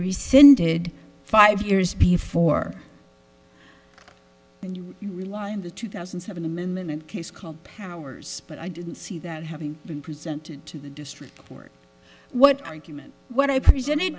rescinded five years before and you rely on the two thousand and seven amendment case called powers but i didn't see that having been presented to the district court what argument when i presented